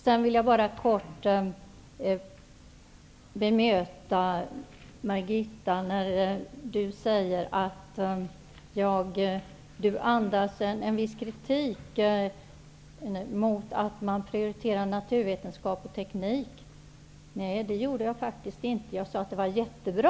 Jag vill bara kort bemöta Margitta Edgren när hon säger att mitt anförande andas en viss kritik mot att man prioriterar naturvetenskap och teknik. Så var det inte. Jag sade att det var jättebra.